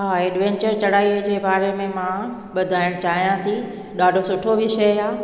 हा एडवैंचर चढ़ाईअ जे बारे में मां ॿुधाइणु चाहियां थी ॾाढो सुठो विष्य आहे